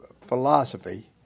philosophy